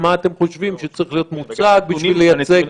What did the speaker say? מה אתם חושבים שצריך להיות מוצג בשביל לייצג.